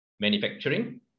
manufacturing